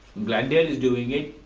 glendale is doing it,